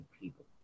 people